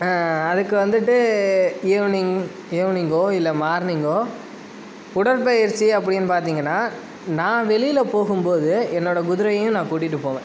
அதுக்கு வந்துட்டு ஈவினிங் ஈவினிங்கோ இல்லை மார்னிங்கோ உடற்பயிற்சி அப்படின்னு பார்த்தீங்கன்னா நான் வெளியில் போகும் போது என்னோடய குதிரையும் நான் கூட்டிகிட்டு போவேன்